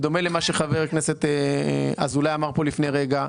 בדומה למה שחבר הכנסת אזולאי אמר כאן לפני רגע,